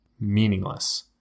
meaningless